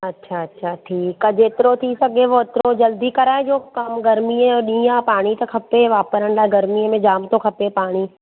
अच्छा अच्छा ठीकु आहे जेतिरो थी सघेव ओतिरो जल्दी कराइजो कमु गर्मीअ जो ॾींहुं आहे पाणी त खपे वापिरण लाइ गर्मी मे जाम थो खपे पाणी